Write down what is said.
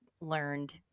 learned